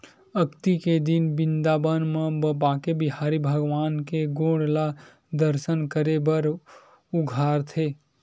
अक्ती के दिन बिंदाबन म बाके बिहारी भगवान के गोड़ ल दरसन करे बर उघारथे